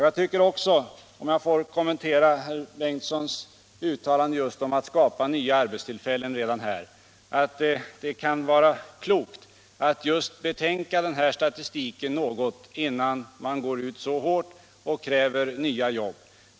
Jag tycker också, om jag redan här får kommentera herr Bengtssons uttalande just om att skapa nya arbetstillfällen, att det kan vara klokt att betänka den här statistiken innan man går ut så hårt och kräver nya jobb.